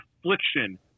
affliction